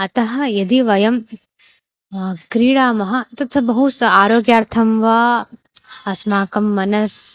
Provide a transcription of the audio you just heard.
अतः यदि वयं क्रीडामः तत् स बहु स आरोग्यार्थं वा अस्माकं मनः